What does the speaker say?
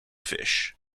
fish